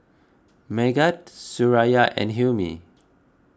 Megat Suraya and Hilmi